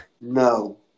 No